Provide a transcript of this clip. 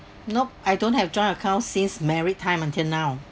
nope I don't have joint account since married time until now